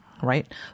right